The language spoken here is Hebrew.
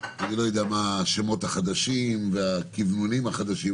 אני לא יודע מה השמות החדשים והכוונונים החדשים,